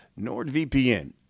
NordVPN